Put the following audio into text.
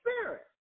Spirit